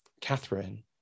Catherine